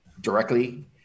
directly